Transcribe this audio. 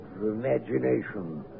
imagination